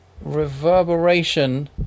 reverberation